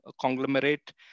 conglomerate